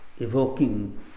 evoking